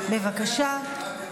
בבקשה.